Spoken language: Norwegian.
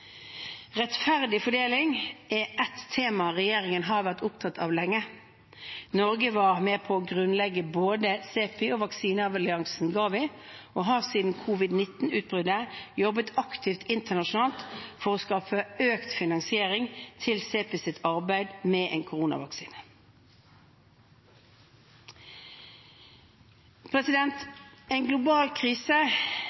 Rettferdig fordeling er et tema regjeringen har vært opptatt av lenge. Norge var med på å grunnlegge både CEPI og vaksinealliansen GAVI og har siden covid-19-utbruddet jobbet aktivt internasjonalt for å skaffe økt finansiering til CEPIs arbeid med en